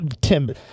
Tim